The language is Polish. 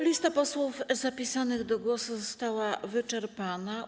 Lista posłów zapisanych do głosu została wyczerpana.